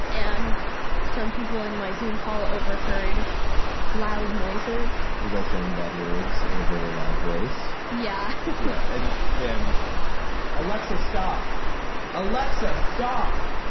and some people in my xoom call overheard loud noises. was i saying that words at a very loud voice? yeah. yeah and and alexis saw alexis soar.